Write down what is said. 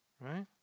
right